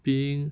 being